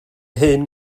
hyn